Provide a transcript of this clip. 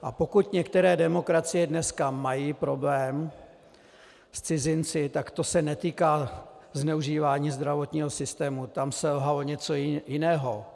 A pokud některé demokracie dneska mají problém s cizinci, tak to se netýká zneužívání zdravotního systému, tam selhalo něco jiného.